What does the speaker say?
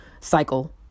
cycle